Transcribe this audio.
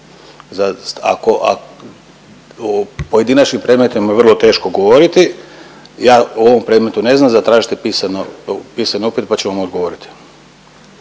ako o pojedinačnim predmetima je vrlo teško govoriti. Ja o ovom predmetu ne znam zatražite pisano, pisani upit pa će vam odgovoriti.